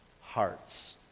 hearts